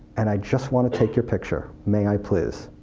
and i just want to take your picture. may i please?